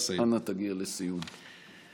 תגיע לסיום.